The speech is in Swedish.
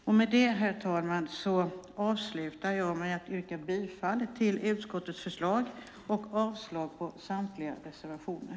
Jag avslutar, herr talman, med att yrka bifall till utskottets förslag och avslag på samtliga reservationer.